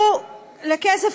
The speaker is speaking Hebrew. לכסף,